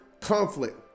conflict